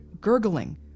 gurgling